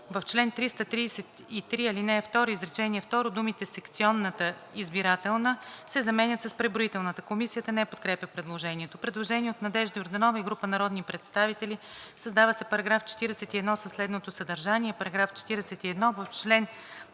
В чл. 333, ал. 2, изречение второ думите „секционната избирателна“ се заменят с „преброителната“.“ Комисията не подкрепя предложението. Предложение от Надежда Йорданова и група народни представители: „Създава се § 41 със следното съдържание: „§ 41. В чл.